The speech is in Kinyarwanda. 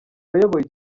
bayoboye